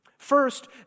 First